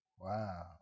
Wow